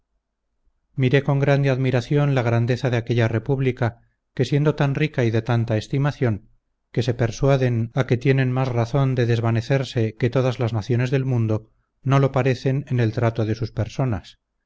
miré con grande admiración la grandeza de aquella república que siendo tan rica y de tanta estimación que se persuaden a que tienen más razón de desvanecerse que todas las naciones del mundo no lo parecen en el trato de sus personas